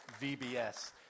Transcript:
VBS